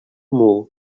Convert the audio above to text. мул